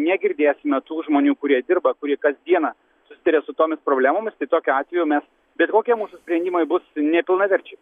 negirdėsime tų žmonių kurie dirba kurie kasdieną susiduria su tomis problemomis tai tokiu atveju mes bet kokie mūsų sprendimai bus nepilnaverčiai